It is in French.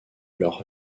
leur